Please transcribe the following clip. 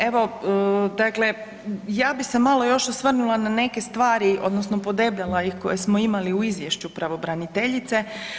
Evo ja bih se malo još osvrnula ne neke stvari odnosno podebljala ih koje smo imali u izvješću pravobraniteljice.